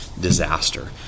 disaster